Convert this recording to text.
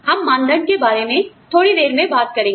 हम मानदण्ड के बारे में थोड़ी देर में बात करेंगे